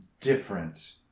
different